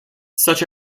such